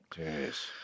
Yes